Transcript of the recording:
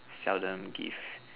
seldom give